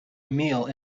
meal